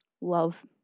love